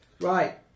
Right